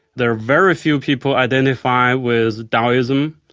there are very few people identify with daoism,